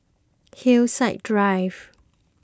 Hillside Drive